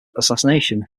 assassination